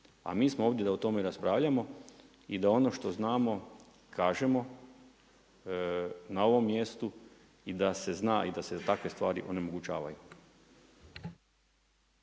A mi smo ovdje da o tome raspravljamo i da ono što znamo kažemo na ovom mjestu i da se zna i da se takve stvari onemogućavaju.